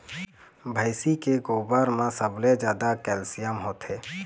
भइसी के गोरस म सबले जादा कैल्सियम होथे